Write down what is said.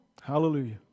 Hallelujah